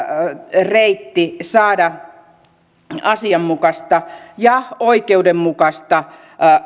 reitti saada asianmukaista ja oikeudenmukaista